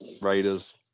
Raiders